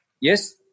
Yes